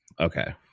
Okay